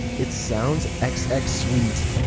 it sounds xx xx sweet.